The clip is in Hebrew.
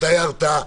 מתי ההרתעה,